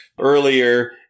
earlier